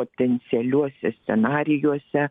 potencialiuose scenarijuose